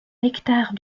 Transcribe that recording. hectares